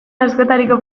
askotariko